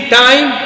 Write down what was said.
time